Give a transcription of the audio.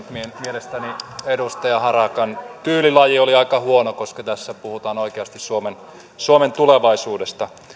mielestäni edustaja harakan tyylilaji oli aika huono koska tässä puhutaan oikeasti suomen suomen tulevaisuudesta